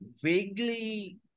vaguely